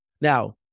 Now